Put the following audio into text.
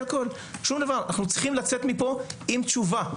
אנחנו צריכים לצאת מכאן עם תשובה.